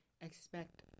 expect